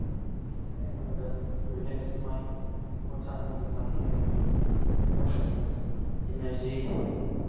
ꯑꯩꯉꯣꯟꯗ ꯔꯤꯂꯦꯛꯁ ꯃꯥꯏꯟ ꯄꯣꯊꯥꯅꯉꯥꯏꯒꯤ ꯃꯥꯏꯟ ꯍꯥꯏꯕꯗꯤ ꯌꯥꯝ ꯂꯩꯌꯦ ꯏꯅꯔꯖꯤ